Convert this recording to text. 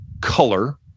color